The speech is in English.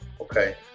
okay